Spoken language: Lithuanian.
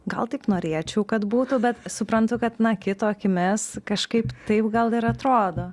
gal tik norėčiau kad būtų bet suprantu kad na kito akimis kažkaip taip gal ir atrodo